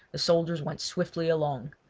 the soldiers went swiftly along.